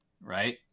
right